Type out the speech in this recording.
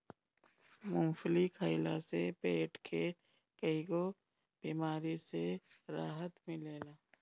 मूंगफली खइला से पेट के कईगो बेमारी से राहत मिलेला